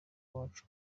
wacu